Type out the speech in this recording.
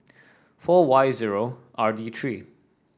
four Y zero R D three